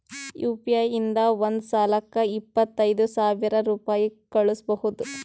you P I ಇಂದ ಒಂದ್ ಸಲಕ್ಕ ಇಪ್ಪತ್ತೈದು ಸಾವಿರ ರುಪಾಯಿ ಕಳುಸ್ಬೋದು